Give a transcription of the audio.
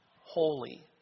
holy